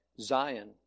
Zion